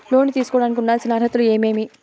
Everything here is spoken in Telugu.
లోను తీసుకోడానికి ఉండాల్సిన అర్హతలు ఏమేమి?